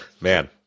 Man